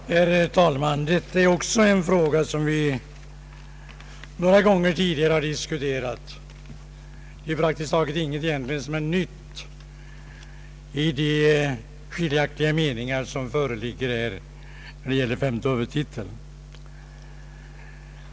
Herr talman! Detta är också en fråga som vi några gånger tidigare har dis kuterat; de skiljaktiga meningarna när det gäller femte huvudtiteln omfattar praktiskt taget ingenting nytt.